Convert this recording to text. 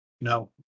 no